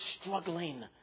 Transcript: struggling